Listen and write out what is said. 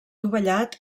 dovellat